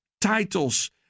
titles